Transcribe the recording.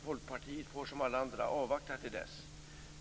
Folkpartiet får som alla andra avvakta till dess.